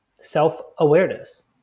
self-awareness